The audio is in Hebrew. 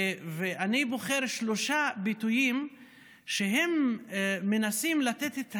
ואני בוחר שלושה ביטויים שמנסים לתת את